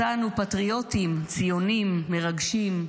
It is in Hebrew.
מצאנו פטריוטים, ציונים, מרגשים.